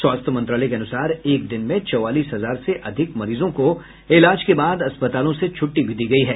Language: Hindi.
स्वास्थ्य मंत्रालय के अनुसार एक दिन में चौवालीस हजार से अधिक मरीजों को इलाज के बाद अस्पतालों से छुट्टी भी दी गयी है